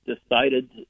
decided